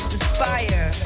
Inspire